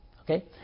Okay